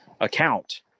account